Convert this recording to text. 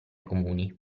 comuni